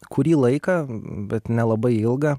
kurį laiką bet nelabai ilgą